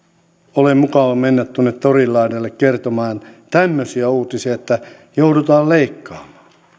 ole mukava mennä tuonne torin laidalle kertomaan tämmöisiä uutisia että joudutaan leikkaamaan